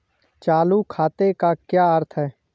चालू खाते का क्या अर्थ है?